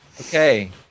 Okay